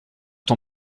ton